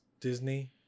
Disney